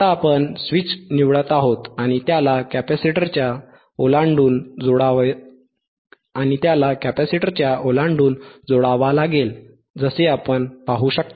आता आपण स्विच निवडत आहोत आणि त्याला कॅपेसिटरच्या ओलांडून जोडावा लागेल जसे आपण पाहू शकता